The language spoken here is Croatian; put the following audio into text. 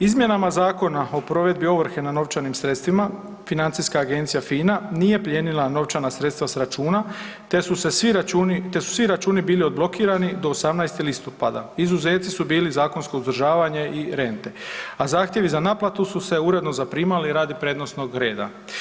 Izmjenama Zakona o provedbi ovrhe na novčanim sredstvima, Financijska agencija FINA nije plijenila novčana sredstva sa računa, te su se svi računi, te su svi računi bili odblokirani do 18. listopada, izuzeci su bili zakonsko uzdržavanje i rente, a zahtjevi za naplatu su se uredno zaprimali radi prednosnog reda.